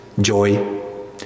joy